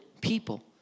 people